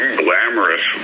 glamorous